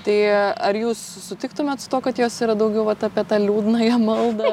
tai ar jūs sutiktumėt su tuo kad jos yra daugiau vat apie tą liūdnąją maldą